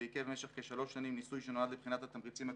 ועיכב במשך כשלוש שנים ניסוי שנועד לבחינת התמריצים הכלכליים.